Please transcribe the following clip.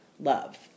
love